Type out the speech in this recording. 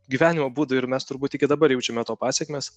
gyvenimo būdui ir mes turbūt iki dabar jaučiame to pasekmes